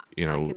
you know,